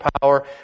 power